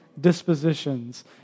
dispositions